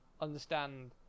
understand